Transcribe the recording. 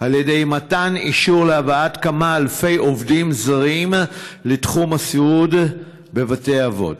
על ידי מתן אישור להבאת כמה אלפי עובדים זרים לתחום הסיעוד בבתי אבות.